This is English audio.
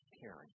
Caring